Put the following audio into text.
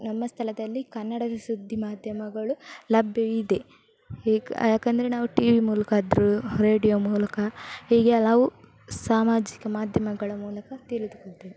ನಮ್ಮ ಸ್ಥಳದಲ್ಲಿ ಕನ್ನಡ ಸುದ್ದಿ ಮಾಧ್ಯಮಗಳು ಲಭ್ಯ ಇದೆ ಹೇಗೆ ಏಕೆಂದರೆ ನಾವು ಟಿವಿ ಮೂಲಕ ಆದರೂ ರೇಡಿಯೋ ಮೂಲಕ ಹೀಗೆ ಹಲವು ಸಾಮಾಜಿಕ ಮಾಧ್ಯಮಗಳ ಮೂಲಕ ತಿಳಿದುಕೊಳ್ತೇವೆ